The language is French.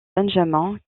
benjamin